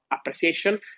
appreciation